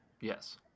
Yes